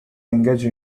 engaged